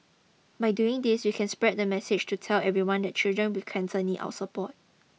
by doing this we can spread the message to tell everyone that children with cancer need our support